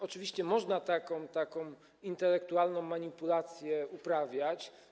Oczywiście można taką intelektualną manipulację uprawiać.